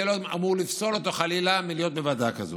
זה לא אמור לפסול אותו חלילה להיות בוועדה כזאת.